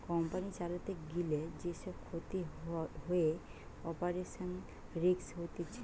company চালাতে গিলে যে সব ক্ষতি হয়ে অপারেশনাল রিস্ক হতিছে